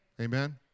Amen